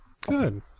Good